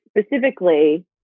specifically